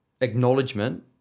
acknowledgement